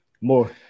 More